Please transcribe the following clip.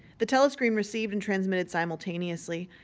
the telescreen received and transmitted simultaneously.